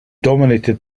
dominated